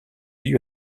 lui